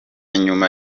nyuma